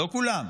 לא כולם,